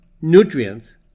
nutrients